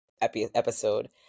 episode